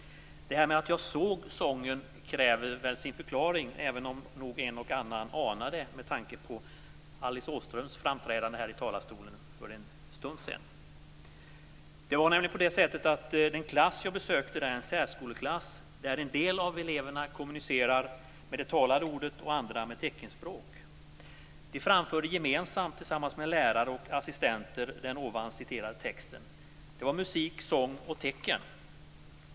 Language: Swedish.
Att jag såg sången kräver nog sin förklaring, även om en och annan nog anar det med tanke på Alice Åströms framträdande här i talarstolen för en stund sedan. Den klass jag besökte är en särskoleklass där en del av eleverna kommunicerar med det talade ordet och andra med teckenspråk. De framförde gemensamt tillsammans med lärare och assistenter den citerade texten. Det var musik, sång och tecken.